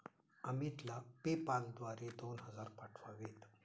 अमितला पेपाल द्वारे दोन हजार पाठवावेत